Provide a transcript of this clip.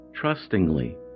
trustingly